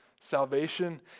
Salvation